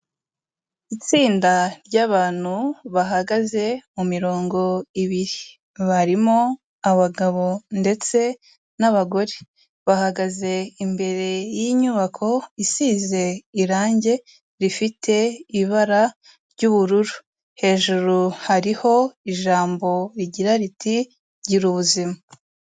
Itsinda ry'abantu bahagaze mu mirongo ibiri. Barimo abagabo ndetse n'abagore. Bahagaze imbere y'inyubako isize irange rifite ibara ry'ubururu. Hejuru hariho ijambo rigira riti "Gira ubuzima".